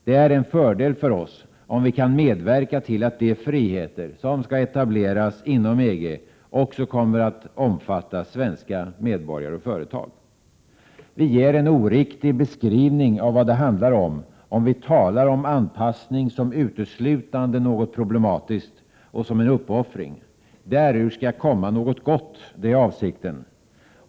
Det är en fördel för oss om vi kan medverka till att de friheter som skall etableras inom EG också kommer att omfatta svenska medborgare och företag. Vi ger en oriktig beskrivning av vad det handlar om, om vi talar om anpassning som något uteslutande problematiskt och som en uppoffring. Därur skall komma något gott — det är avsikten.